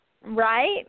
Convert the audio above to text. Right